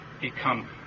become